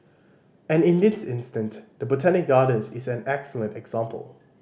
and in this instant the Botanic Gardens is an excellent example